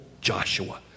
Joshua